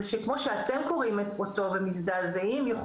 זה שכמו שאתם קוראים אותו ומזדעזעים יכול